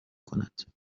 کند